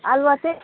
अलुवा चाहिँ